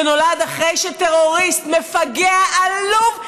שנולד אחרי שטרוריסט מפגע עלוב נפש,